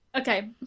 Okay